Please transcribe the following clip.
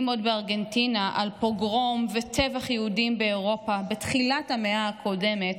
עוד בארגנטינה על פוגרום וטבח יהודים באירופה בתחילת המאה הקודמת,